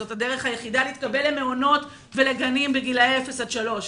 זאת הדרך היחידה להתקבל למעונות ולגנים בגילי אפס עד שלוש.